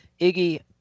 Iggy